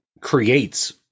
creates